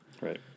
Right